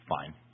fine